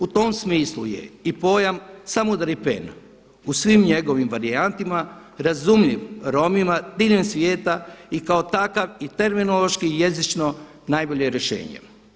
U tom smislu je i pojam „Samudaripen“ u svim njegovim varijantama razumljiv Romima diljem svijeta i kao takav i terminološki i jezično najbolje rješenje.